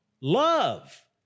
love